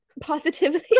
positively